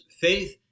faith